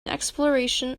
exploration